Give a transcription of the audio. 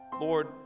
Lord